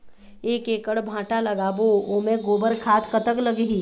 एक एकड़ भांटा लगाबो ओमे गोबर खाद कतक लगही?